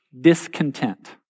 discontent